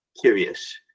curious